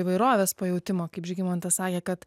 įvairovės pajautimo kaip žygimantas sakė kad